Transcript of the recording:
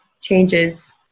changes